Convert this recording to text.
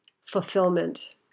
fulfillment